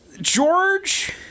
George